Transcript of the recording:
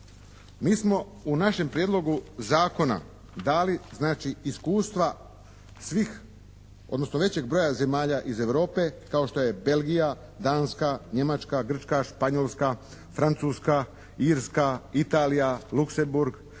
Mi smo u našem prijedlogu zakona dali znači iskustva svih, odnosno većeg broja zemlja iz Europe kao što je Belgija, Danska, Njemačka, Grčka, Španjolska, Francuska, Irska, Italija, Luxemburg,